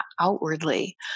outwardly